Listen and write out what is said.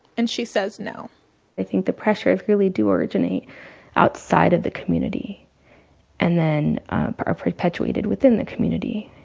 and she says, no i think the pressures really do originate outside of the community and then are perpetuated within the community.